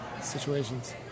situations